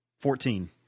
Fourteen